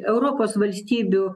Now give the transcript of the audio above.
europos valstybių